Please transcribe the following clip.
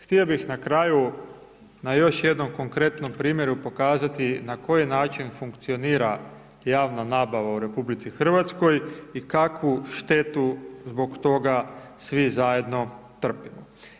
Htio bih na kraju, na još jednom konkretnom primjeru pokazati na koji način funkcionira javna nabava u RH i kakvu štetu zbog toga svi zajedno trpimo.